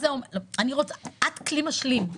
את כלי משלים.